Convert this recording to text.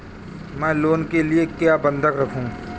मैं लोन के लिए क्या बंधक रखूं?